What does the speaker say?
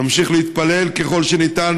נמשיך להתפלל ככל שניתן,